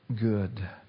good